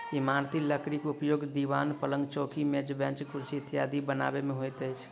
इमारती लकड़ीक उपयोग दिवान, पलंग, चौकी, मेज, बेंच, कुर्सी इत्यादि बनबय मे होइत अछि